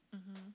mmhmm